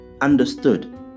understood